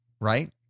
right